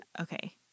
okay